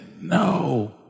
no